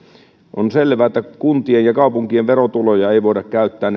on selvä että kuntien ja kaupunkien verotuloja ei voida käyttää